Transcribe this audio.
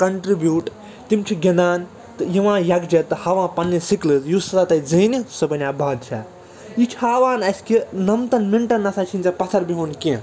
contribute تِم چھِ گِنٛدان تہٕ یِوان یَکجا تہٕ ہاوان پَنٕنہِ سِکلٕز یُس ہسا تَتہِ زینہِ سُہ بنیٛوو بادشاہ یہِ چھِ ہاوان اَسہِ کہِ نَمتھَن مِنٛٹَن نسا چھِ نہٕ ژےٚ پتھر بہُن کیٚنٛہہ